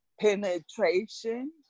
penetration